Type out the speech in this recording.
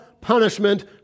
punishment